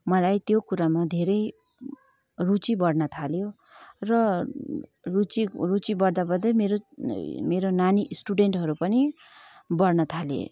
मलाई त्यो कुरामा धेरै रुचि बढ्न थाल्यो र रुचि रुचि बढ्दा बढ्दै मेरो नानी स्टुडेनटहरू पनि बढ्न थाले